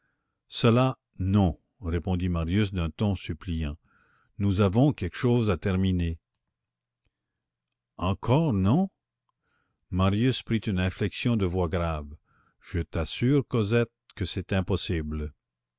cela non répondit marius d'un ton suppliant nous avons quelque chose à terminer encore non marius prit une inflexion de voix grave je t'assure cosette que c'est impossible